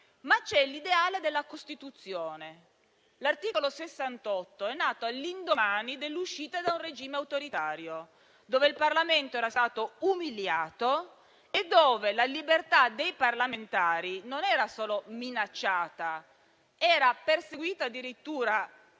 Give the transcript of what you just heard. però l'ideale della Costituzione. L'articolo 68 infatti, è nato all'indomani dell'uscita da un regime autoritario, in cui il Parlamento era stato umiliato, la libertà dei parlamentari non era solo minacciata, ma addirittura